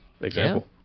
example